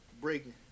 breaking